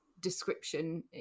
description